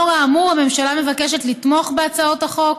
נוכח האמור, הממשלה מבקשת לתמוך בהצעות החוק